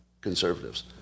conservatives